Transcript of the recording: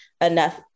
enough